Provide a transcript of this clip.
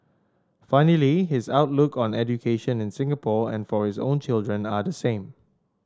funnily his outlook on education in Singapore and for his own children are the same